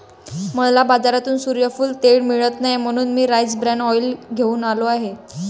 मला बाजारात सूर्यफूल तेल मिळत नाही म्हणून मी राईस ब्रॅन ऑइल घेऊन आलो आहे